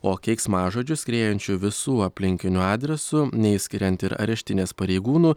o keiksmažodžių skriejančių visų aplinkinių adresu neišskiriant ir areštinės pareigūnų